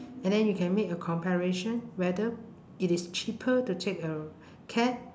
and then you can make a comparation whether it is cheaper to take a cab